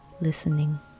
listening